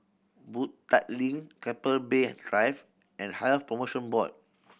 Boon Tat Link Keppel Bay and Drive and Health Promotion Board